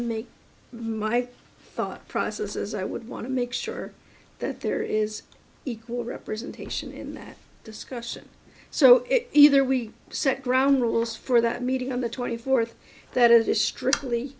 make my thought processes i would want to make sure that there is equal representation in that discussion so it either we set ground rules for that meeting on the twenty fourth that is strictly